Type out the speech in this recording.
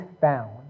found